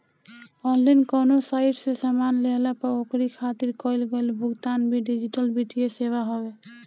online कवनो site से सामान लेहला पअ ओकरी खातिर कईल गईल भुगतान भी डिजिटल वित्तीय सेवा हवे